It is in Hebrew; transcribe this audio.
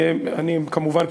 כמובן,